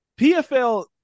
PFL